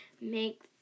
make